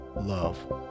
love